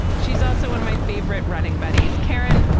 she's also one of my favorite running buddies. karen,